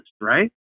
right